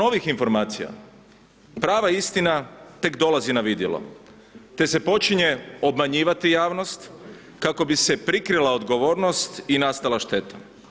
Nakon ovih informacija prava istina tek dolazi na vidjelo te se počinje obmanjivati javnost kako bi se prikrila odgovornost i nastala šteta.